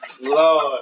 Lord